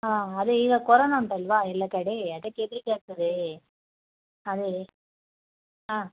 ಹಾಂ ಅದೆ ಈಗ ಕೊರೊನ ಉಂಟಲ್ಲವಾ ಎಲ್ಲ ಕಡೆ ಅದಕ್ಕೆ ಹೆದರಿಕೆ ಆಗ್ತದೇ ಅದೆ ಹಾಂ